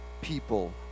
people